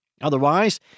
Otherwise